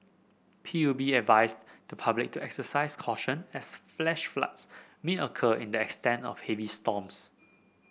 P U B advised the public to exercise caution as flash floods may occur in that stand of heavy storms